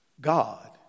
God